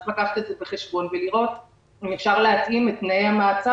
צריך לקחת את זה בחשבון ולראות אם אפשר להתאים את תנאי המעצר